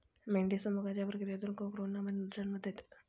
मेंढी संभोगाच्या प्रक्रियेतून कोकरूंना जन्म देते